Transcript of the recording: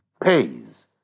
pays